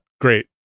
Great